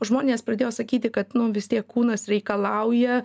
žmonės pradėjo sakyti kad nu vis tiek kūnas reikalauja